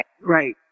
Right